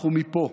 אנחנו מפה,